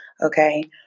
Okay